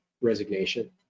resignation